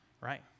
right